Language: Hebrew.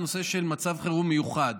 הנושא של מצב חירום מיוחד,